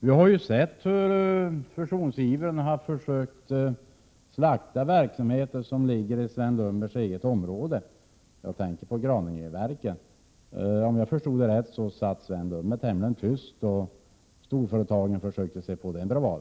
Vi har sett hur man i fusionsivern har försökt slakta verksamheter som ligger i Sven Lundbergs eget område. Jag tänker på Graningeverken. Om jag förstått det rätt satt Sven Lundberg tämligen tyst då storföretagen försökte sig på den bravaden.